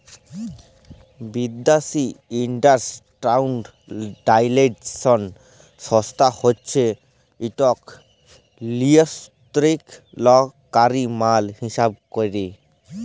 বিদ্যাসি ইস্ট্যাল্ডার্ডাইজেশল সংস্থা হছে ইকট লিয়লত্রলকারি মাল হিঁসাব ক্যরে